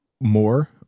More